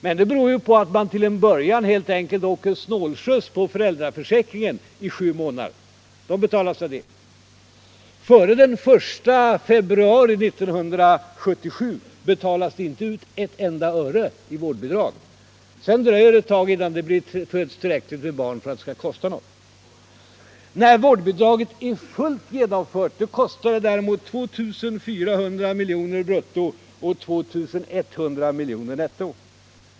Men det beror helt enkelt på att man till en början åker snålskjuts på föräldraförsäkringen i sju månader. Före den 1 februari 1977 betalas det inte ut ett enda öre i vårdbidrag. Sedan dröjer det ett tag innan det föds tillräckligt med barn för att det skall kosta något. När vårdbidraget är fullt genomfört kostar det däremot 2400 milj.kr. brutto och 2100 milj.kr. netto.